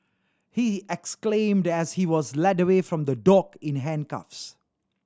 he exclaimed as he was led away from the dock in handcuffs